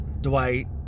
Dwight